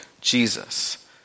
Jesus